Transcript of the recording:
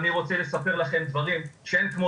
אני רוצה לספר לכם דברים כי אין כמו